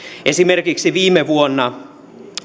esimerkiksi viime vuonna